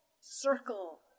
circle